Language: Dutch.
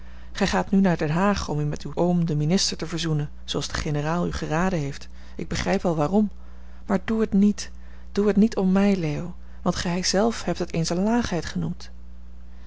gij gaat nu naar den haag om u met uw oom den minister te verzoenen zooals de generaal u geraden heeft ik begrijp wel waarom maar doe het niet doe het niet om mij leo want gij zelf hebt het eens eene laagheid genoemd